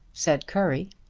said currie.